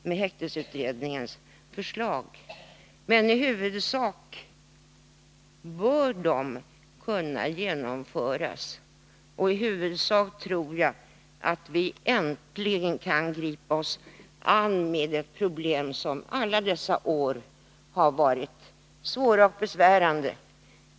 Men i huvudsak bör de kunna genomföras, och jag tror att vi äntligen kan gripa oss an med de problem som under alla dessa år har varit svåra och besvärande.